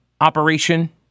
operation